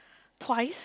twice